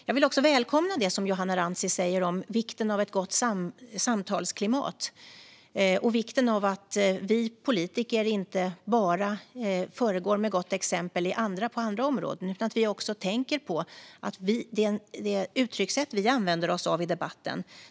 Jag vill också välkomna vad Johanna Rantsi säger om vikten av ett gott samtalsklimat och vikten av att vi politiker inte bara föregår med gott exempel på andra områden utan att vi också tänker på de uttryckssätt vi använder oss av i debatten.